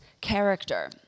character